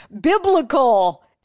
biblical